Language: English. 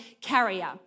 Carrier